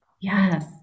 Yes